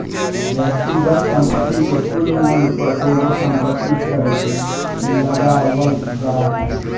व्यक्तिगत संपत्ति के कुल मूल्य पर एगो संपत्ति कर लगावल जा हय